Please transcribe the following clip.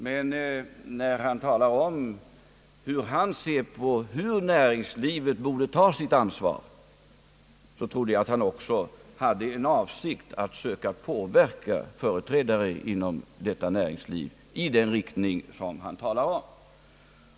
Men när han talar om hur han ser på det sätt varpå näringslivet borde ta sitt ansvar, trodde jag att han också hade en avsikt att söka påverka företrädare inom näringslivet i den riktning som han talar om.